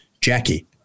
Jackie